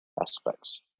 aspects